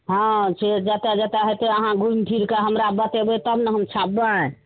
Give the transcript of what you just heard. हँ से जतऽ जतऽ होयतै अहाँ घुमि फिर कऽ हमरा बतेबै तब ने हम छापबै